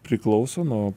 priklauso nuo